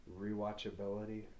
rewatchability